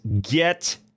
get